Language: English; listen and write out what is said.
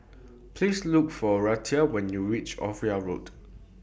Please Look For Reatha when YOU REACH Ophir Road